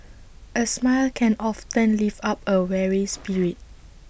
A smile can often lift up A weary spirit